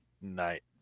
night